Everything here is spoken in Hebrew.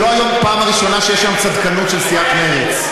זה לא היום הפעם הראשונה שיש כאן צדקנות של סיעת מרצ.